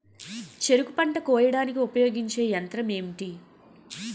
చెరుకు పంట కోయడానికి ఉపయోగించే యంత్రం ఎంటి?